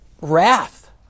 wrath